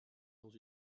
dans